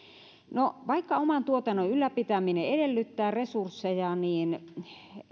no vaikka oman tuotannon ylläpitäminen edellyttää resursseja niin